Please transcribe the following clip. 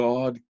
God